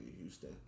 Houston